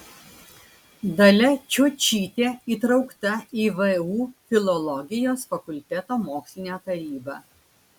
dalia čiočytė įtraukta į vu filologijos fakulteto mokslinę tarybą